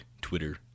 Twitter